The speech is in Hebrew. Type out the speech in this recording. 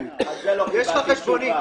על זה לא קיבלתי תשובה.